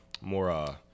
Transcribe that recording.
more